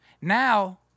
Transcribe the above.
Now